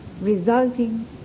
resulting